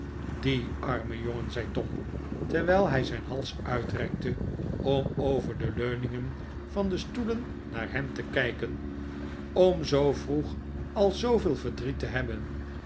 die arme jongen zei tom terwijl hij zijn hals uitrekte om over de leuningen van de stoelen naar hem te kijken om zoo vroeg al zooveel verdriet te hebben